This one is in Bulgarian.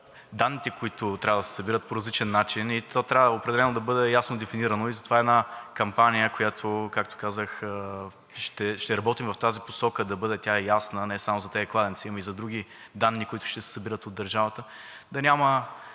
данните, които трябва да се събират, по различен начин, и то трябва определено да бъде ясно дефинирано и затова една кампания, която, както казах, ще работи в тази посока е да бъде тя ясна, а не само за тези кладенци, а и за други данни, които ще се събират от държавата